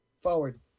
Forward